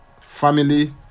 family